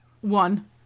One